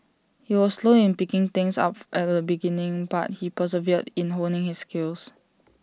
he was slow in picking things up at the beginning but he persevered in honing his skills